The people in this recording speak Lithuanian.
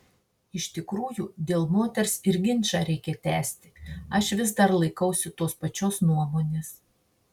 iš tikrųjų dėl moters ir ginčą reikia tęsti aš vis dar laikausi tos pačios nuomonės